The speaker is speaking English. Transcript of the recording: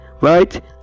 right